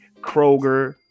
Kroger